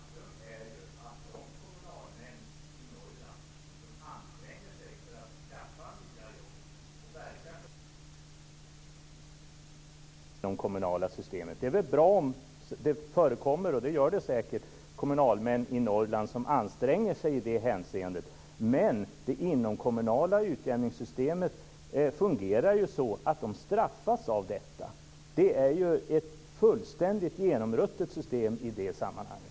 Fru talman! Faktum är ju att de kommunalmän i Norrland som anstränger sig för att skaffa nya jobb och verka för en ekonomisk tillväxt drabbas av det inomkommunala systemet. Det är väl bra om det förekommer, och det gör det säkert, kommunalmän i Norrland som anstränger sig i det hänseendet, men det inomkommunala utjämningssystemet fungerar ju så att de straffas av detta. Det är ett fullständigt genomruttet system i det sammanhanget.